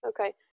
Okay